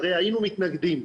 היינו מתנגדים.